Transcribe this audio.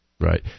Right